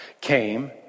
came